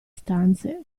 stanze